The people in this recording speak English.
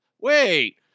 Wait